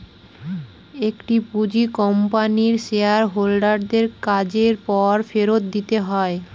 একটি পুঁজি কোম্পানির শেয়ার হোল্ডার দের কাজের পর ফেরত দিতে হয়